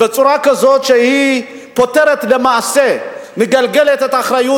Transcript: בצורה כזאת שהיא פוטרת למעשה, מגלגלת את האחריות.